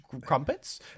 crumpets